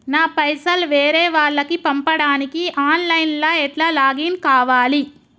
నా పైసల్ వేరే వాళ్లకి పంపడానికి ఆన్ లైన్ లా ఎట్ల లాగిన్ కావాలి?